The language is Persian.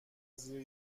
زیر